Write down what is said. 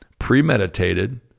premeditated